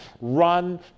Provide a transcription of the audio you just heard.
run